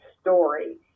story